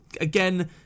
again